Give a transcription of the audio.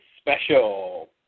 special